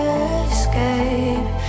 escape